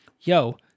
yo